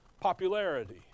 popularity